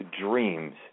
dreams